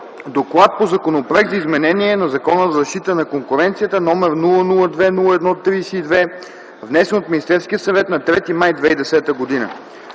четене на Законопроекта за изменение на Закона за защита на конкуренцията с вх. № 002-01-32, внесен от Министерския съвет на 3 май 2010 г.